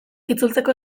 itzultzeko